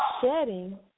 shedding